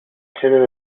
sede